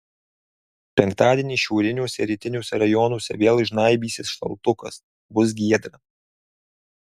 penktadienį šiauriniuose ir rytiniuose rajonuose vėl žnaibysis šaltukas bus giedra